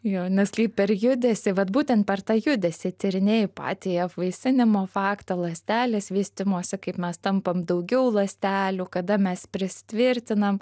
jo nes kaip per judesį vat būtent per tą judesį tyrinėju patį apvaisinimo faktą ląstelės vystymosi kaip mes tampam daugiau ląstelių kada mes prisitvirtinam